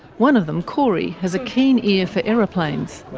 one of them, corey, has a keen ear for aeroplanes.